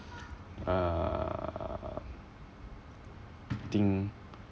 uh I think